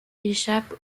échappe